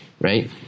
right